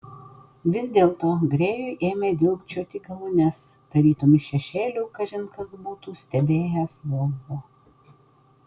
vis dėlto grėjui ėmė dilgčioti galūnes tarytum iš šešėlių kažin kas būtų stebėjęs volvo